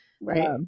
right